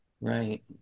Right